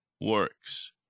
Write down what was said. works